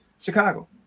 Chicago